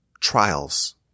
trials